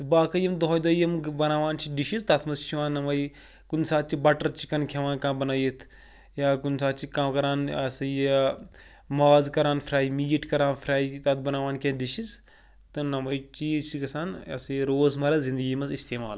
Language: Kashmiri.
تہٕ باقٕے یِم دۄہَے دۄہَے یِم بَناوان چھِ ڈِشِز تَتھ منٛز چھِ یِوان نَمَے کُنہِ ساتہٕ چھِ بَٹَر چِکَن کھٮ۪وان کانٛہہ بَنٲیِتھ یا کُنہِ ساتہٕ چھِ کانٛہہ کَران یہِ ہَسا یہِ ماز کَران فرٛاے میٖٹ کَران فرٛاے تَتھ بَناوان کینٛہہ ڈِشِز تہٕ نَمَے چیٖز چھِ گَژھان یہِ ہَسا یہِ روزمَرا زِندگی منٛز اِستعمال